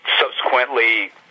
subsequently